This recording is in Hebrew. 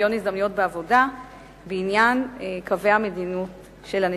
שוויון הזדמנויות בעבודה בעניין קווי המדיניות של הנציבות.